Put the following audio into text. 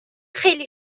خیلی